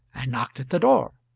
and knocked at the door.